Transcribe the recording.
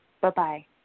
Bye-bye